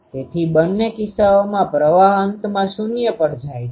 તેથી બંને કિસ્સાઓમાં પ્રવાહ અંતમાં 0 પર જાય છે